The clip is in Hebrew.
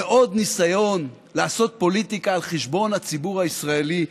ועוד ניסיון לעשות פוליטיקה על חשבון הציבור הישראלי,